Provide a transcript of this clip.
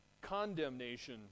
condemnation